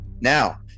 Now